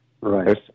Right